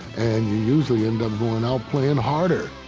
and you usually end up going out playing harder.